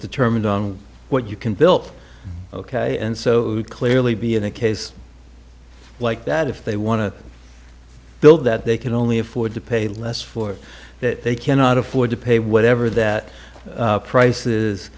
determined on what you can built ok and so would clearly be in a case like that if they want to build that they can only afford to pay less for that they cannot afford to pay whatever that prices